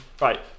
right